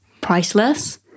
priceless